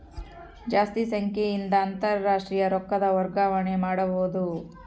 ಜಾಸ್ತಿ ಸಂಖ್ಯೆಯಿಂದ ಅಂತಾರಾಷ್ಟ್ರೀಯ ರೊಕ್ಕದ ವರ್ಗಾವಣೆ ಮಾಡಬೊದು